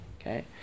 Okay